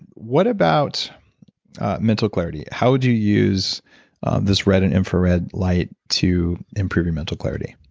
what about mental clarity? how would you use this red and infrared light to improve your mental clarity?